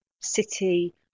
city